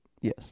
Yes